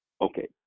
Okay